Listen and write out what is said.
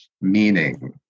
meaning